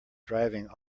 driving